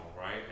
right